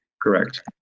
Correct